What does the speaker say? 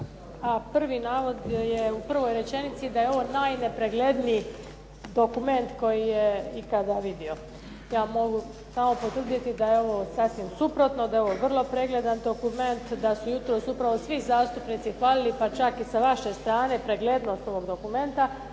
A prvi navod je u prvoj rečenici, je da je ovo najnepregledniji dokument koji je ikada vidio. Ja mogu samo potvrditi da je ovo sasvim suprotno. Da je ovo vrlo pregledan dokument. Da su upravo svi zastupnici hvalili pa čak i sa vaše strane, preglednost ovog dokumenta.